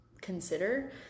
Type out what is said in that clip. consider